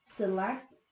select